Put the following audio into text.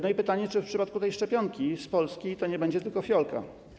No i pytanie: Czy w przypadku tej szczepionki z Polski to nie będzie tylko fiolka?